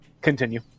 Continue